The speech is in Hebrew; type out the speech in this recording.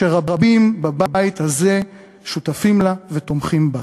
שרבים בבית הזה שותפים לה ותומכים בה.